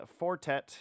fortet